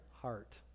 heart